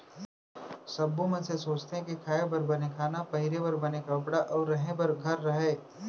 सब्बो मनसे सोचथें के खाए बर बने खाना, पहिरे बर बने कपड़ा अउ रहें बर घर रहय